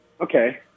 okay